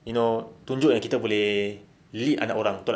you know tunjuk yang kita boleh lead anak orang betul tak